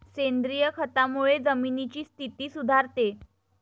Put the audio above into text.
सेंद्रिय खतामुळे जमिनीची स्थिती सुधारते